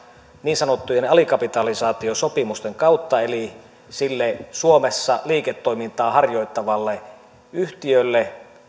niin sanottujen alikapitalisaatiosopimusten kautta eli sille suomessa liiketoimintaa harjoittavalle yhtiölle